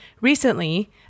Recently